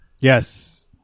Yes